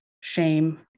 shame